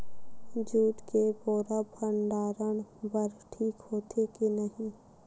Jute के बोरा भंडारण बर ठीक होथे के नहीं?